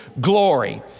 glory